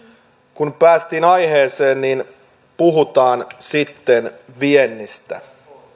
kun päästiin aiheeseen niin puhutaan sitten viennistä